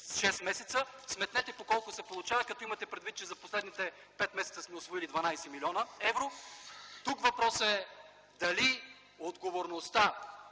месеца. Сметнете по колко се получава, като имате предвид, че за последните пет месеца сме усвоили 12 млн. евро. Тук въпросът е дали отговорността